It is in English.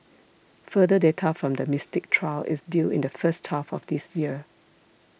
further data from the Mystic trial is due in the first half of this year